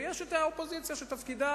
ויש האופוזיציה שתפקידה